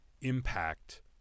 impact